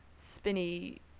spinny